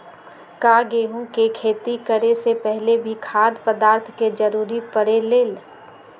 का गेहूं के खेती करे से पहले भी खाद्य पदार्थ के जरूरी परे ले?